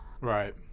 Right